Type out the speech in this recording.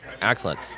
Excellent